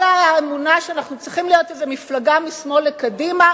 כל האמונה שאנחנו צריכים להיות איזה מפלגה משמאל לקדימה,